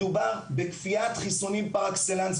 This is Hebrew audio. מדובר בכפיית חיסונים פר אקסלנס,